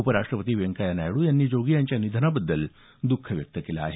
उपराष्ट्रपती व्यंकय्या नायडू यांनी जोगी यांच्या निधनाबद्दल दुख व्यक्त केलं आहे